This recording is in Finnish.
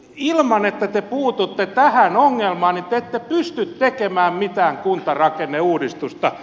ilman että te puututte tähän ongelmaan te ette pysty tekemään mitään kuntarakenneuudistusta